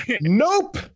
nope